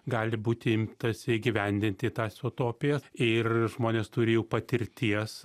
gali būti imtasi įgyvendinti tas utopijas ir žmonės turi jau patirties